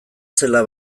zela